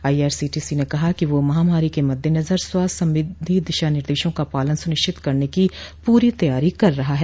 IRCTC ने कहा है कि वह महामारी के मद्देनजर स्वास्थ्य संबंधी दिशा निर्देशों का पालन सुनिश्चित करने की पूरी तैयारी कर रहा है